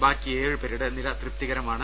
ബാക്കി ഏഴുപേരുടെ നില തൃപ്തിക രമാണ്